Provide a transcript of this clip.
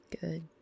Good